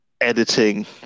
editing